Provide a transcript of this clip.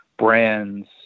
brands